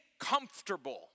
comfortable